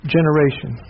Generation